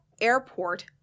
Airport